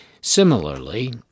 Similarly